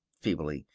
feebly,